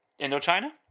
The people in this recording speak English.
Indochina